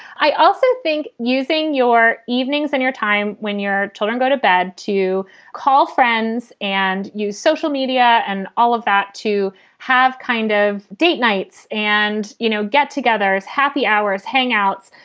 i also think using your evenings and your time when your children go to bed to call friends and use social media and all of that to have kind of date nights and, you know, get togethers, happy hours, hangouts,